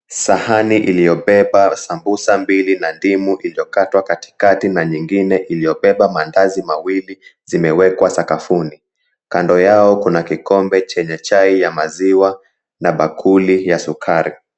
Sahani iliyobeba sambusa mbili na ndimu iliyokatwa katikati na nyingine iliyobeba maandazi mawili, zimewekwa sakafuni. Kando yao kuna kikombe chenye chai ya maziwa na bakuli ya sukari.